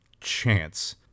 chance